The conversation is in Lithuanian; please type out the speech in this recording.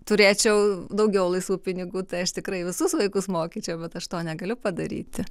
turėčiau daugiau laisvų pinigų tai aš tikrai visus vaikus mokyčiau bet aš to negaliu padaryti